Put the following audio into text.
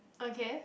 okay